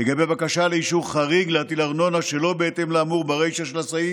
לגבי בקשה לאישור חריג להטיל ארנונה שלא בהתאם לאמור ברישה של הסעיף,